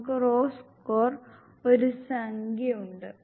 നമുക്ക് raw score ഒരു സംഖ്യ ഉണ്ട്